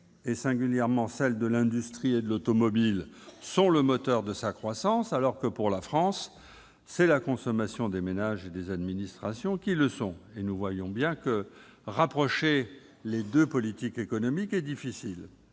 et singulièrement celles de l'industrie et de l'automobile, sont le moteur de sa croissance, alors que, pour la France, c'est la consommation des ménages et celle des administrations qui le sont. Nous le voyons bien, le rapprochement des deux politiques économiques est difficile.